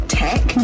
tech